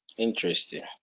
Interesting